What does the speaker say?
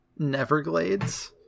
Neverglades